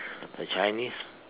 the Chinese